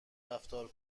رفتار